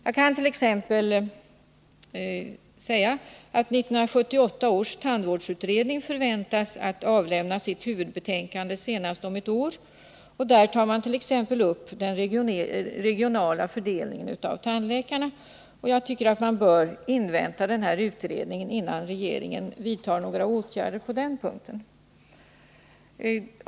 Jag kan för att ge ett exempel säga att 1978 års tandvårdsutredning förväntas avlämna sitt huvudbetänkande senast om ett år. Där tar man t.ex. Nr 142 upp den regionala fördelningen av tandläkarna. Jag tycker att regeringen bör invänta utredningens betänkande innan man vidtar några åtgärder på den punkten.